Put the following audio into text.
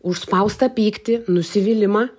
užspaustą pyktį nusivylimą